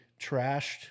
trashed